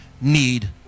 need